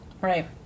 Right